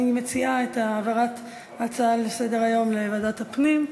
אני מציעה להעביר את ההצעה לסדר-היום לוועדת הפנים.